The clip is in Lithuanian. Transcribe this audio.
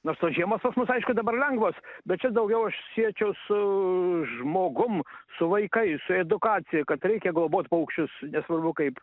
nors tos žiemos pas mus aišku dabar lengvos bet čia daugiau aš siečiau su žmogum su vaikais su edukacija kad reikia globot paukščius nesvarbu kaip